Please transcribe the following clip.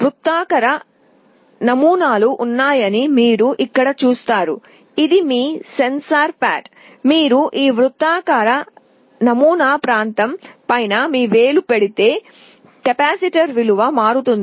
వృత్తాకార నమూనాలు ఉన్నాయని మీరు ఇక్కడ చూస్తారు ఇది మీ సెన్సార్ ప్యాడ్ మీరు ఈ వృత్తాకార నమూనా ప్రాంతం పైన మీ వేలు పెడితే కెపాసిటర్ విలువ మారుతుంది